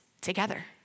together